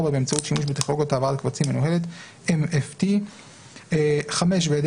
(4) באמצעות שימוש בטכנולוגיית העברת קבצים מנוהלת (MFT); (5) בהעדר